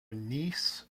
nice